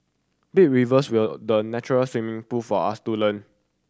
big rivers were the natural swimming pool for us to learn